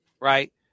right